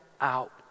out